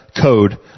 code